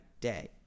day